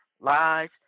Lies